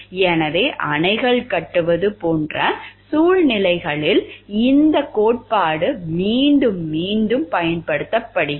எனவே அணைகள் கட்டுவது போன்ற சூழ்நிலைகளில் இந்த கோட்பாடு மீண்டும் மீண்டும் பயன்படுத்தப்படுகிறது